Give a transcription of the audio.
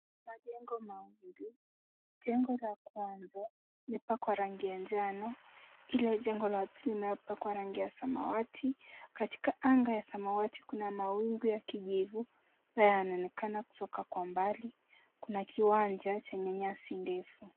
Majengo mawili, jengo la kwanza limepakwa rangi ya njano ila jengo la pili limepakwa rangi ya samawati. Katika anga ya samawati kuna mawingu ya kijivu yanayoonekana kutoka kwa mbali. Kuna kiwanja chenye nyasi ndefu.